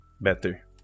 better